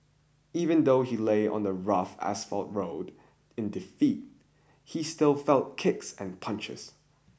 even though he lay on the rough asphalt road in defeat he still felt kicks and punches